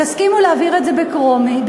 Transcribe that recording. תסכימו להעביר את זה בטרומית,